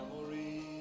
memories